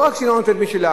לא רק שהיא לא נותנת משלה,